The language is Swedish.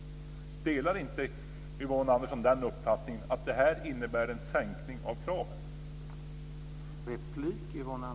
Delar inte Yvonne Andersson uppfattningen att det här innebär en sänkning av kraven?